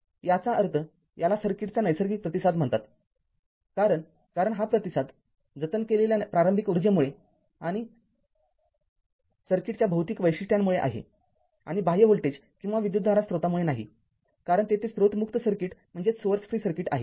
याचा अर्थ याला सर्किटचा नैसर्गिक प्रतिसाद म्हणतात कारण हा प्रतिसाद हा जतन केलेल्या प्रारंभिक ऊर्जेमुळे आणि सर्किटच्या भौतिक वैशिष्ट्यामुळे आहे आणि बाह्य व्होल्टेज किंवा विद्युतधारा स्रोतामुळे नाही कारण तेथे स्रोत मुक्त सर्किट आहे